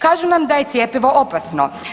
Kažu nam da je cjepivo opasno.